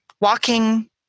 walking